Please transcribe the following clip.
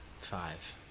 Five